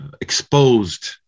exposed